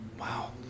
Wow